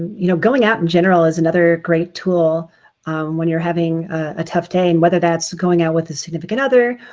you know going out in general is another great tool when you're having a tough day. and whether that's going out with a significant other,